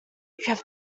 have